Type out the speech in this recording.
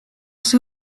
see